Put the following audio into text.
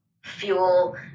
fuel